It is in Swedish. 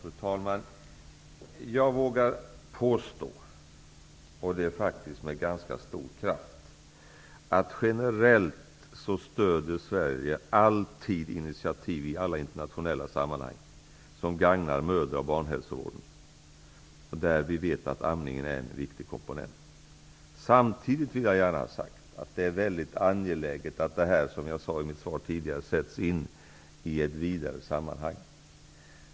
Fru talman! Jag vågar med ganska stor kraft påstå att Sverige generellt alltid stöder initiativ i alla internationella sammanhang som gagnar mödraoch barnhälsovården och där vi vet att amningen är en viktig komponent. Samtidigt vill jag gärna ha sagt att det är väldigt angeläget att detta, som jag sade i svaret, sätts in i ett vidare sammanhang.